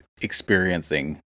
experiencing